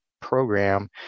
program